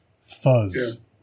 fuzz